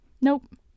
Nope